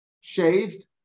shaved